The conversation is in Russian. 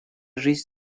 жизнь